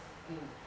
mm